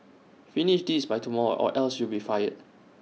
finish this by tomorrow or else you'll be fired